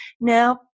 Now